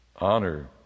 honor